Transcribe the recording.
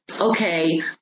okay